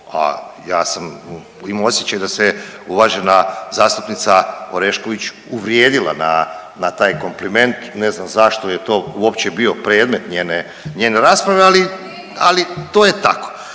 ja sam, imam osjećaj da se uvažena zastupnica Orešković uvrijedila na, na taj kompliment, ne znam zašto je to uopće bio predmet njene, njene rasprave, ali, ali to je tako.